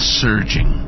surging